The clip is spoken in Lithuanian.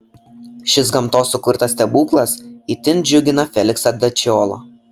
šis gamtos sukurtas stebuklas itin džiugina feliksą dačiolą